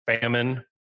famine